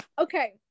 Okay